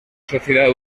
sociedad